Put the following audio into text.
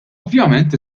ovvjament